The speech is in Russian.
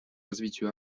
развитию